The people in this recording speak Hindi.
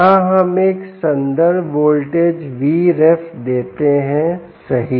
यहां हम एक संदर्भ वोल्टेज Vref देते हैं सही